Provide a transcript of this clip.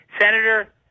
Senator